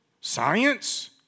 science